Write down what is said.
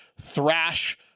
thrash